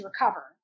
recover